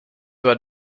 were